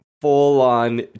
full-on